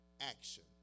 action